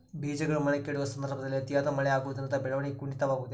ಬೇಜಗಳು ಮೊಳಕೆಯೊಡೆಯುವ ಸಂದರ್ಭದಲ್ಲಿ ಅತಿಯಾದ ಮಳೆ ಆಗುವುದರಿಂದ ಬೆಳವಣಿಗೆಯು ಕುಂಠಿತವಾಗುವುದೆ?